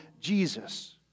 Jesus